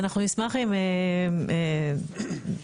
טוב.